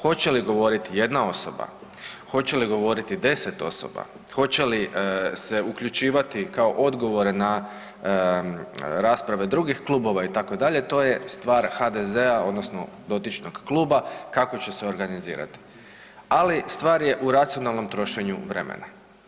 Hoće li govoriti jedna osoba, hoće li govoriti 10 osoba, hoće li se uključivati kao odgovore na rasprave drugih klubova itd., to je stvar HDZ-a odnosno dotičnog kluba kako će se organizirati, ali stvar je u racionalnom trošenju vremena.